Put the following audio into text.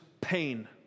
pain